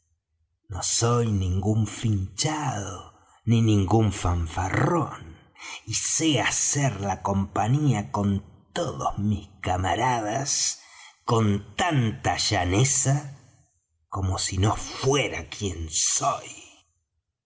no soy ningún finchado ni ningún fanfarrón y sé hacer la compañía con todos mis camaradas con tanta llaneza como si no fuera quien soy